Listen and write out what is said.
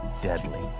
deadly